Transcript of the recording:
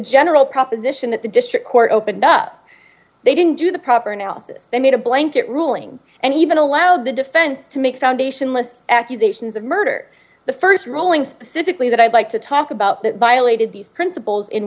general proposition that the district court opened up they didn't do the proper analysis they made a blanket ruling and even allowed the defense to make foundationless accusations of murder the st ruling specifically that i'd like to talk about that violated these principles